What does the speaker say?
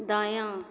दायाँ